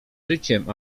życiem